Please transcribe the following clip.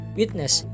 witness